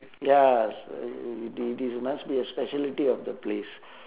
ya uh the~ these must be a specialty of the place